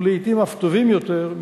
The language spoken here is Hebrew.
ולעתים אף טובים יותר,